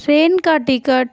train کا ticket